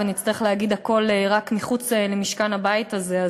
ונצטרך להגיד הכול רק מחוץ למשכן הבית הזה.